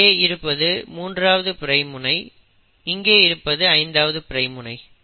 இங்கே இருப்பது 3 ஆவது பிரைம் முனை இங்கே இருப்பது 5ஆவது பிரைம் முனை